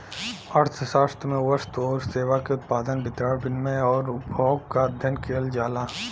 अर्थशास्त्र में वस्तु आउर सेवा के उत्पादन, वितरण, विनिमय आउर उपभोग क अध्ययन किहल जाला